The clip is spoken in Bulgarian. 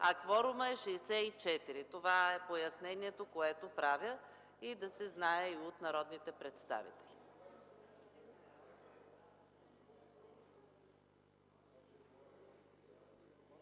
кворумът е 64. Това е пояснението, което правя, за да се знае и от народните представители.